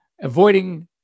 avoiding